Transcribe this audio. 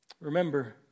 Remember